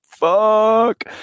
fuck